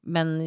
Men